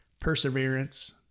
perseverance